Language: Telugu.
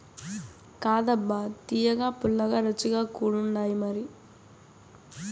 కాదబ్బా తియ్యగా, పుల్లగా, రుచిగా కూడుండాయిమరి